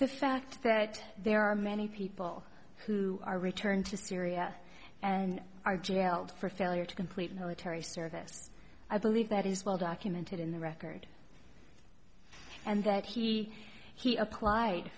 the fact that there are many people who are returned to syria and are jailed for failure to complete military service i believe that is well documented in the record and that he he applied